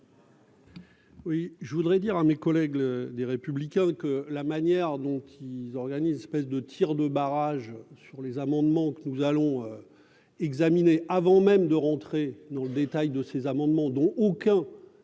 Oui, je voudrais dire à mes collègues le des républicains, que la manière donc ils organisent, espèce de tirs de barrage sur les amendements que nous allons examiner avant même de rentrer dans le détail de ces amendements, dont aucun